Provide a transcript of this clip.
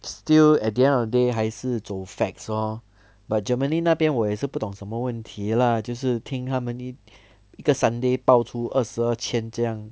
still at the end of the day 还是走 facts lor but germany 那边我也是不懂什么问题 lah 就是听他们一个 sunday 爆出二十二千这样